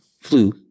flu